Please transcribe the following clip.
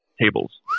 tables